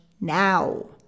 now